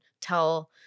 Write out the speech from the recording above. tell